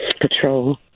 patrol